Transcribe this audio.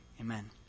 amen